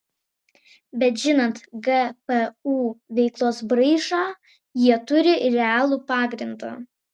bet žinant gpu veiklos braižą jie turi realų pagrindą